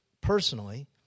personally